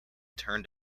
turned